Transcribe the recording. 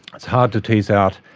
it's hard to tease out.